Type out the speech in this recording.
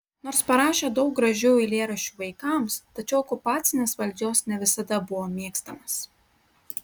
nors parašė daug gražių eilėraščių vaikams tačiau okupacinės valdžios ne visada buvo mėgstamas